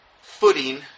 footing